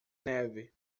neve